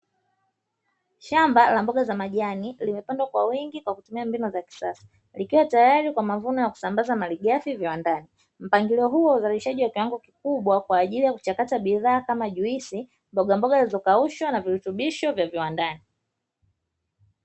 Shamba la mboga za majani limepandwa kwa wingi kwa kutumia mbinu za kisasa likiwa tayari kwa mavuno ya kusambaza malighafi viwandani, mpangilio huu wa uzalishaji wa kiwango kikubwa kwa ajili ya kuchakata bidhaa kama: juisi, mbogamboga zilizokaushwa na virutubisho vya viwandani.